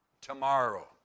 Tomorrow